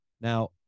Now